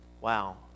wow